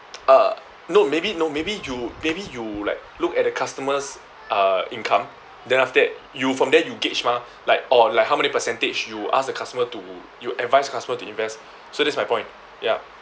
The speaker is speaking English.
uh no maybe no maybe you maybe you like look at the customer's uh income then after that you from there you gauge mah like or like how many percentage you ask the customer to you advise customers to invest so that's my point ya